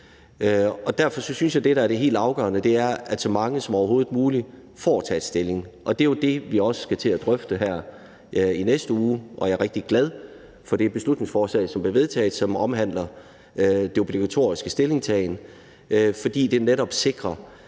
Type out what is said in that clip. Derfor synes jeg, at det helt afgørende er, at så mange som overhovedet muligt får taget stilling, og det er jo det, vi også skal til at drøfte her i næste uge. Og jeg er rigtig glad for det beslutningsforslag, der blev vedtaget, som omhandler den obligatoriske stillingtagen, fordi det netop sikrer,